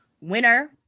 winner